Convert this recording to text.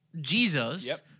Jesus